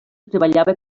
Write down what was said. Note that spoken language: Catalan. treballava